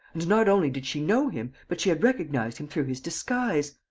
and not only did she know him, but she had recognized him through his disguise!